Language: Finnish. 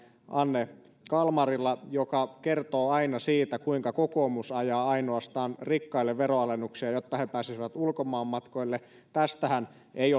anne kalmarilla joka kertoo aina siitä kuinka kokoomus ajaa ainoastaan rikkaille veronalennuksia jotta he pääsisivät ulkomaanmatkoille tästähän ei